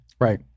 right